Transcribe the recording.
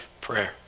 prayer